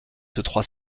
trois